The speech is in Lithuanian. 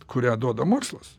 kurią duoda mokslas